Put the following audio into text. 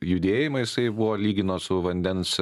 judėjimą jisai buvo lygino su vandens